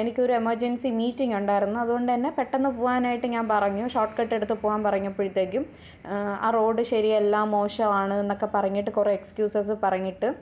എനിക്കൊരു emergency meeting ഉണ്ടായിരുന്നു അതുകൊണ്ടുതന്നെ പെട്ടെന്ന് പോവാനായിട്ട് ഞാൻ പറഞ്ഞു ഷോർട്ട്കട്ട് എടുത്ത് പോവാൻ പറഞ്ഞപ്പോഴത്തേക്കും ആ റോഡ് ശരിയല്ല മോശമാണെന്നൊക്കെ പറഞ്ഞിട്ട് കുറേ എക്സ്ക്യൂസെസ്സ് പറഞ്ഞിട്ട്